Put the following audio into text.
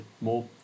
more